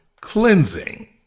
cleansing